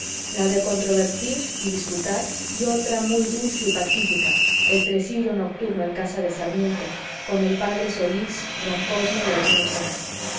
la de controvertir y disputar y otra muy dulce y pacífica el tresillo nocturno en casa de sarmiento con el p solís don cosme y algunos más